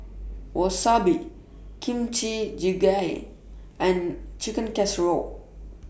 Wasabi Kimchi Jjigae and Chicken Casserole